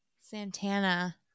santana